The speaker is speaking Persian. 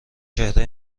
چهره